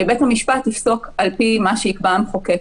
שבית המשפט יפסוק על פי מה שיקבע המחוקק,